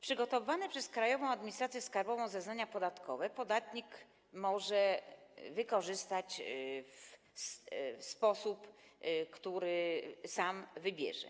Przygotowane przez Krajową Administrację Skarbową zeznania podatkowe podatnik może wykorzystać w sposób, który sam wybierze.